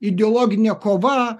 ideologinė kova